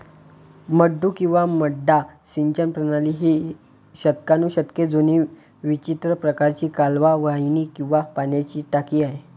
मड्डू किंवा मड्डा सिंचन प्रणाली ही शतकानुशतके जुनी विचित्र प्रकारची कालवा वाहिनी किंवा पाण्याची टाकी आहे